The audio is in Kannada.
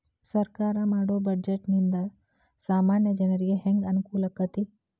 ಸರ್ಕಾರಾ ಮಾಡೊ ಬಡ್ಜೆಟ ನಿಂದಾ ಸಾಮಾನ್ಯ ಜನರಿಗೆ ಹೆಂಗ ಅನುಕೂಲಕ್ಕತಿ?